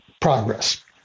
progress